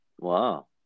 Wow